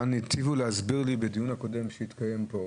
היטיבו להסביר לי בדיון הקודם, שהתקיים פה,